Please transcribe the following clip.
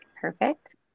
Perfect